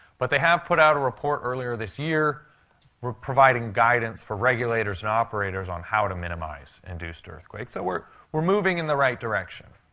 but they have put out a report earlier this year providing guidance for regulators and operators on how to minimize induced earthquakes. so we're we're moving in the right direction.